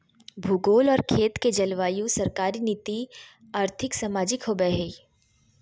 भूगोल और खेत के जलवायु सरकारी नीति और्थिक, सामाजिक होबैय हइ